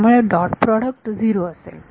त्यामुळे dot product 0 असेल